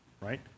Right